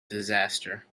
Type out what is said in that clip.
disaster